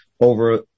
over